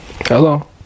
Hello